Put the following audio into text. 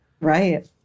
Right